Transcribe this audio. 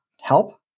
help